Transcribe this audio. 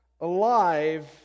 alive